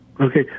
Okay